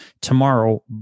tomorrow